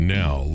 now